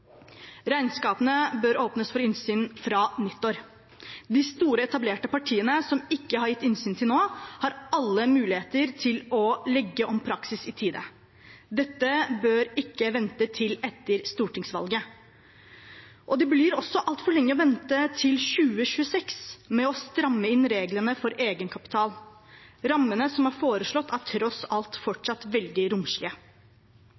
Regnskapene bør åpnes for innsyn fra nyttår. De store, etablerte partiene som ikke har gitt innsyn til nå, har alle muligheter til å legge om praksis i tide. Dette bør ikke vente til etter stortingsvalget. Det blir også altfor lenge å vente til 2026 med å stramme inn reglene for egenkapital. Rammene som er foreslått, er tross alt